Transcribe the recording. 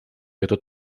это